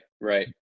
right